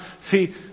see